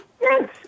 Yes